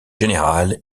général